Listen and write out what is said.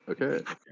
Okay